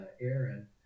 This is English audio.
Aaron